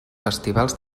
festivals